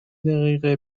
دقیقه